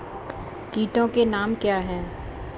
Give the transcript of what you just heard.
कीटों के नाम क्या हैं?